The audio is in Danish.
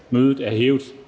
Mødet er hævet.